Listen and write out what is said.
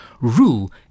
Rule